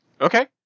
Okay